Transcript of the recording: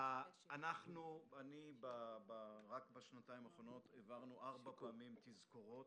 רק בשנתיים האחרונות העברנו ארבע פעמים תזכורות,